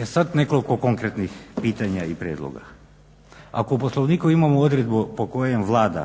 E sad nekoliko konkretnih pitanja i prijedloga. Ako u Poslovniku imamo odredbu po kojoj Vlada,